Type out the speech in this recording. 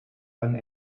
done